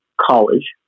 college